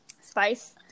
spice